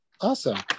awesome